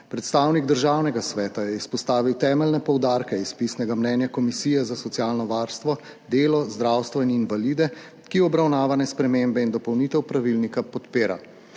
Predstavnik Državnega sveta je izpostavil temeljne poudarke iz pisnega mnenja Komisije za socialno varstvo, delo, zdravstvo in invalide, ki obravnavane spremembe in dopolnitev pravilnika podpira.